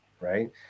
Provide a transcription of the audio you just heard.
right